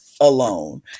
alone